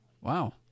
Wow